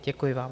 Děkuji vám.